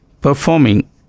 performing